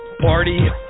Party